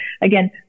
again